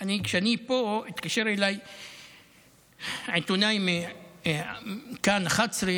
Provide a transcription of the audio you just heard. כשהייתי פה התקשר אליי עיתונאי מכאן 11,